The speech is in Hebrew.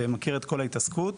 ומכיר את כל ההתעסקות.